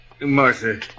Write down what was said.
Martha